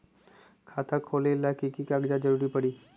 खाता खोले ला कि कि कागजात के जरूरत परी?